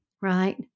right